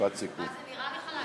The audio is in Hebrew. משפט סיכום.